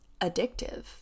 addictive